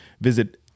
Visit